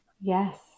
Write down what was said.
Yes